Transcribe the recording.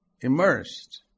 Immersed